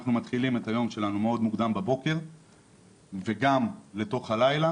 אנחנו מתחילים את היום שלנו מאוד מוקדם בבוקר וגם לתוך הלילה,